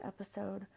episode